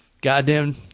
goddamn